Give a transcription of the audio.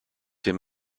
him